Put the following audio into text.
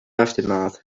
aftermath